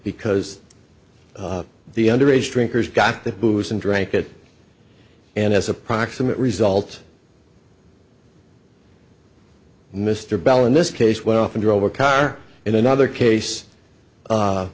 because the underage drinkers got the booze and drank it and as approximate result mr bell in this case one often drove a car in another case